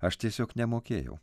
aš tiesiog nemokėjau